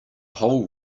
whole